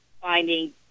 finding